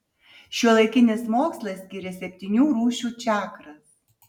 šiuolaikinis mokslas skiria septynių rūšių čakras